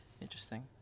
Interesting